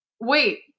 Wait